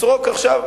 שתסרוק עכשיו.